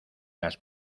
las